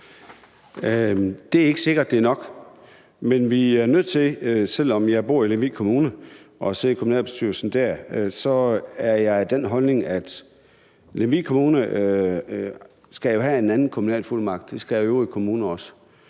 Det er ikke sikkert, at det er nok, men selv om jeg bor i Lemvig Kommune og sidder i kommunalbestyrelsen dér, er jeg af den holdning, at Lemvig Kommune jo skal have en anden kommunalfuldmagt, og det skal de øvrige kommuner også,